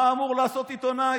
מה אמור לעשות עיתונאי?